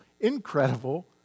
incredible